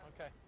Okay